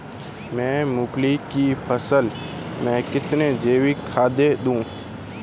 मैं मूंगफली की फसल में कितनी जैविक खाद दूं?